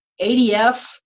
ADF